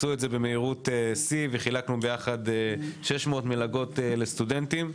חילקנו ביחד 600 מלגות לסטודנטים.